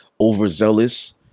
overzealous